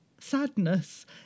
sadness